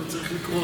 אני צריך לקרוא.